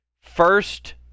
first